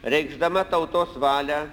reikšdama tautos valią